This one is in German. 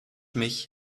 mich